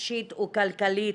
נפשית וכלכלית.